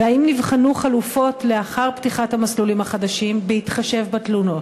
4. האם נבחנו חלופות לאחר פתיחת המסלולים החדשים בהתחשב בתלונות?